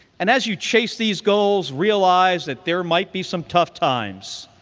and as you chase these goals, realize that there might be some tough times,